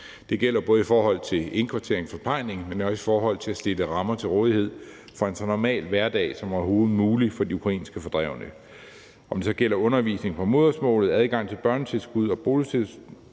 Det gælder både i forhold til indkvartering og forplejning, men også i forhold til at stille rammer til rådighed for en så normal hverdag som overhovedet muligt for de ukrainske fordrevne, om det så gælder undervisning på modersmålet, adgang til børnetilskud og boligstøtte